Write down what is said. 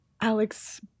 Alex